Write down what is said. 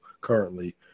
currently